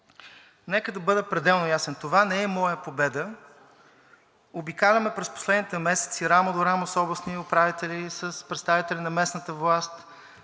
Нека да бъда пределно ясен. Това не е моя победа. Обикаляме през последните месеци рамо до рамо с областни управители, с представители на местната власт,